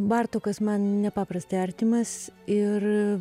bartokas man nepaprastai artimas ir